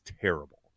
terrible